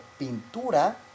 pintura